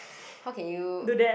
how can you